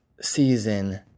season